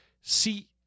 see